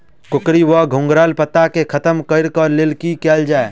कोकरी वा घुंघरैल पत्ता केँ खत्म कऽर लेल की कैल जाय?